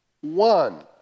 One